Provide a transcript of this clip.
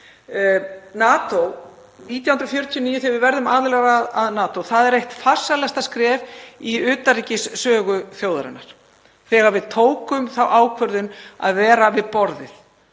Árið 1949 urðum við aðilar að NATO. Það var eitt farsælasta skref í utanríkissögu þjóðarinnar þegar við tókum þá ákvörðun að vera við borðið,